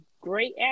great